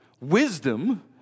Wisdom